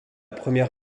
première